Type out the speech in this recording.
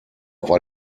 war